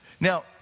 Now